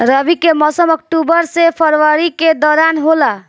रबी के मौसम अक्टूबर से फरवरी के दौरान होला